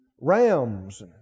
rams